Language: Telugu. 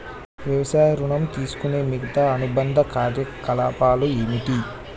వ్యవసాయ ఋణం తీసుకునే మిగితా అనుబంధ కార్యకలాపాలు ఏమిటి?